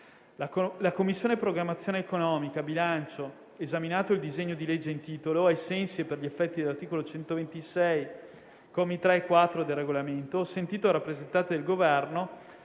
«La Commissione programmazione economica, bilancio, esaminato il disegno di legge in titolo, ai sensi e per gli effetti dell'articolo 126, commi 3 e 4, del Regolamento - sentito il rappresentante del Governo